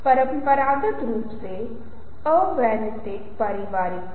तो रवैया एक मनोवैज्ञानिक निर्माण है